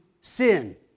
sin